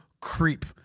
creep